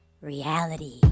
Reality